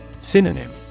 Synonym